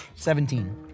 Seventeen